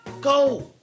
Go